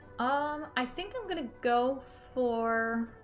um i think i'm gonna go for